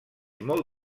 molt